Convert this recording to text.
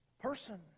person